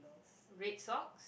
red socks